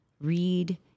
read